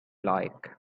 like